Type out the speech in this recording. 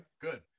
good